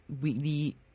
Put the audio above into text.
weekly